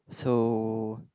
so